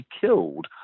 killed